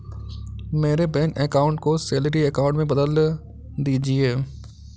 मेरे bank account को salary account में बदल दीजिए